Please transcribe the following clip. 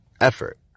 effort